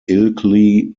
ilkley